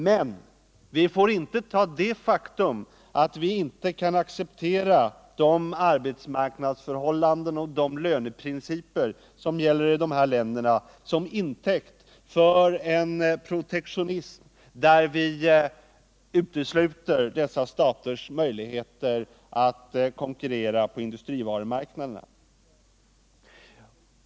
Men vi får inte ta det faktum att vi inte kan acceptera de arbetsmarknadsförhållanden och de löneprinciper som gäller i de här länderna som intäkt för en protektionism, där vi utesluter dessa staters möjligheter att konkurrera på industrivarumarknaderna.